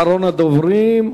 אחרון הדוברים,